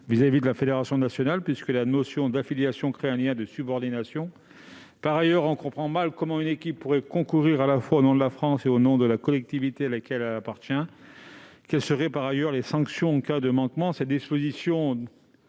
à l'égard de la fédération nationale, puisque la notion d'affiliation crée un lien de subordination. Par ailleurs, on comprend mal comment une équipe pourrait concourir, à la fois, au nom de la France et au nom de la collectivité à laquelle elle appartient. Quelles seraient, par ailleurs, les sanctions en cas de manquement à